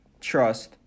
trust